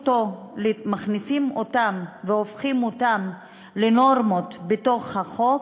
מכניסים אותן והופכים אותן לנורמות בתוך החוק,